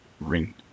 ring